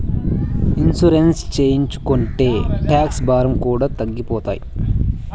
insurance చేయించుకుంటే tax భారం కూడా తగ్గిపోతాయి